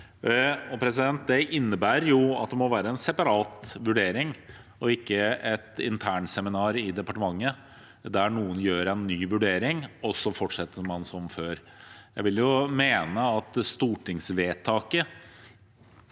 Det innebærer at det må være en separat vurdering, ikke et internseminar i departementet der noen gjør en ny vurdering, og så fortsetter man som før. Jeg vil mene at stortingsvedtaket